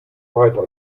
reiter